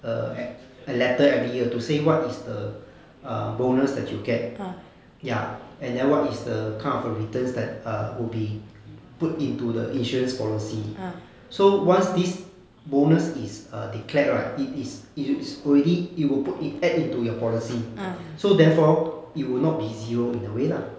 err a~ letter every year to say what is the err bonus that you get ya and then what is the kind of a returns that uh will be put into the insurance policy so once this bonus is err declared right it is it's already it will put in add it to your policy so therefore it will not be zero in the way lah